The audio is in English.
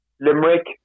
Limerick